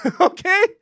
Okay